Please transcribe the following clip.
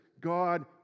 God